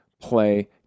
play